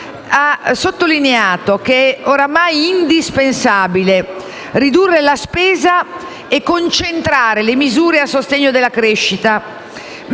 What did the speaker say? ha sottolineato come sia ormai indispensabile ridurre la spesa e concentrare le misure a sostegno della crescita;